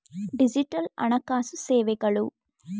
digital ಹಣಕಾಸು ಸೇವೆಗಳು